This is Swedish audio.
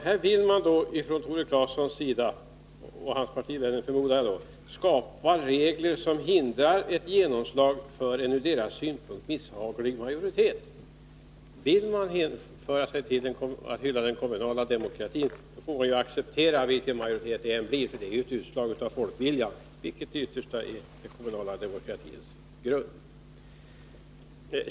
Här vill alltså Tore Claeson — och hans partivänner, förmodar jag — skapa regler som hindrar ett genomslag för en ur deras synpunkt misshaglig majoritet. Men vill man ansluta sig till dem som hyllar den kommunala demokratin, får man acceptera vilken majoritet det än blir, för den är ju ett utslag av folkviljan, som ytterst är den kommunala demokratins grund.